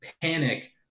panic